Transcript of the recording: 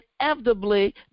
inevitably